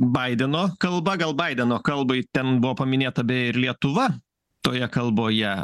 baideno kalba gal baideno kalbai ten buvo paminėta beje ir lietuva toje kalboje